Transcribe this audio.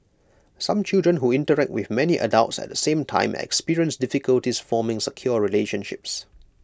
some children who interact with many adults at the same time experience difficulties forming secure relationships